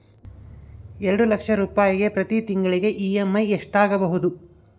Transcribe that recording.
ಎರಡು ಲಕ್ಷ ರೂಪಾಯಿಗೆ ಪ್ರತಿ ತಿಂಗಳಿಗೆ ಇ.ಎಮ್.ಐ ಎಷ್ಟಾಗಬಹುದು?